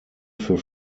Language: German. für